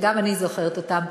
שגם אני זוכרת אותן,